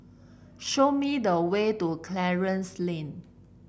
show me the way to Clarence Lane